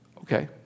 okay